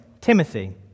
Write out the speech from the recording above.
Timothy